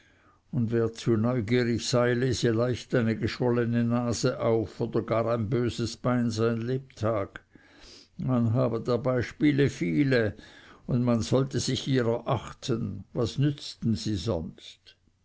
und wer zu neugierig sei lese leicht eine geschwollene nase auf oder gar ein böses bein sein lebtag man habe der beispiele viele und man sollte sich ihrer achten was nützen sie sonst